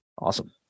Awesome